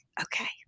okay